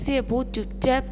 ସିଏ ବହୁତ ଚୁପ୍ଚାପ୍